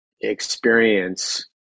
experience